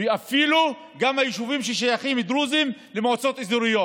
וגם היישובים ששייכים לדרוזים במועצות האזוריות.